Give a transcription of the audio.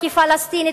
כפלסטינית,